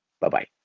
Bye-bye